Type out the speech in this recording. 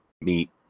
meet